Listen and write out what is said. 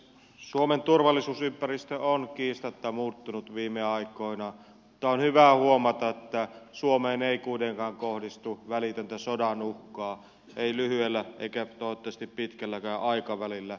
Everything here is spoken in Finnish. suomen turvallisuusympäristö on kiistatta muuttunut viime aikoina mutta on hyvä huomata että suomeen ei kuitenkaan kohdistu välitöntä sodanuhkaa ei lyhyellä eikä toivottavasti pitkälläkään aikavälillä